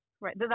right